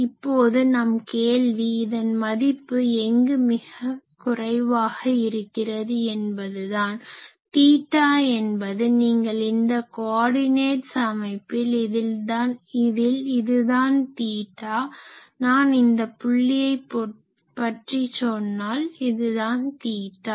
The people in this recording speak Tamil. இப்போது நம் கேள்வி இதன் மதிப்பு எங்கு மிக்குறைவாக இருக்கிறது என்பதுதான் தீட்டா என்பது நீங்கள் இந்த கோர்டினேட்ஸ் அமைப்பில் இதில் இதுதான் தீட்டா நான் இந்த புள்ளியை பற்றி சொன்னால் இதுதான் தீட்டா